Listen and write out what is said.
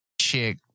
chick